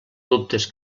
dubtes